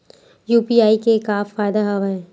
UPI के का फ़ायदा हवय?